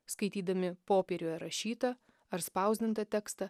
skaitydami popieriuje rašytą ar spausdintą tekstą